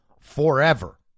forever